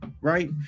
right